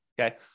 Okay